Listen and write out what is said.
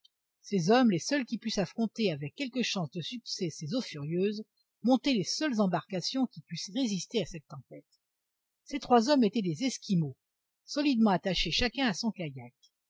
ces hommes les seuls qui pussent affronter avec quelque chance de succès ces eaux furieuses montaient les seules embarcations qui pussent résister à cette tempête ces trois hommes étaient des esquimaux solidement attachés chacun à son kayak